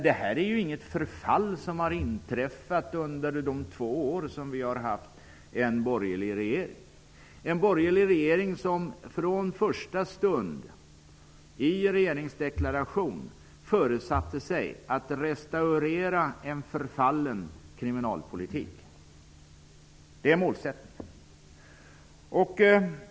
Detta förfall har inte inträffat under de två år som vi har haft en borgerlig regering. Den borgerliga regeringen föresatte sig från första stund, i regeringsdeklarationen, att restaurera en förfallen kriminalpolitik. Det var målsättningen.